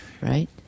right